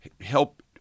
help